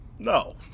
No